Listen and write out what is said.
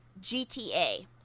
GTA